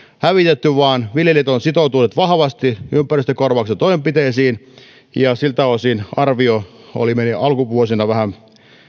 hävitetty vaan viljelijät ovat sitoutuneet vahvasti ympäristökorvauksen toimenpiteisiin siltä osin arvio meni alkuvuosina vähän